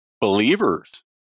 believers